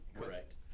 Correct